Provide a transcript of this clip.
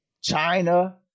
China